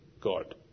God